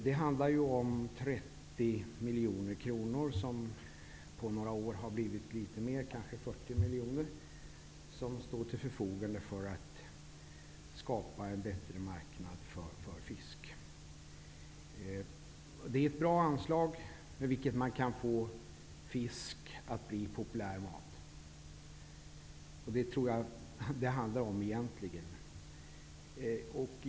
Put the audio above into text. Det handlar om 30 miljoner kronor som på några år har blivit litet mer, kanske 40 miljoner. De står till förfogande för att skapa en bättre marknad för fisk. Det är ett bra anslag med vilket man kan få fisk att bli populär mat. Det är vad det egentligen handlar om.